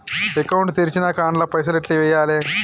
Account తెరిచినాక అండ్ల పైసల్ ఎట్ల వేయాలే?